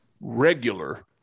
regular